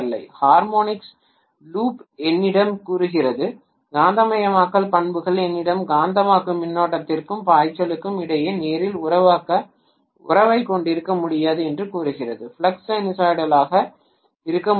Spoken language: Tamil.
ஹிஸ்டெரெஸிஸ் லூப் என்னிடம் கூறுகிறது காந்தமயமாக்கல் பண்புகள் என்னிடம் காந்தமாக்கும் மின்னோட்டத்திற்கும் பாய்ச்சலுக்கும் இடையே நேரியல் உறவைக் கொண்டிருக்க முடியாது என்று கூறுகிறது ஃப்ளக்ஸ் சைனூசாய்டலாக இருக்க முடியாது